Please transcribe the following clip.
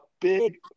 big